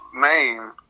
name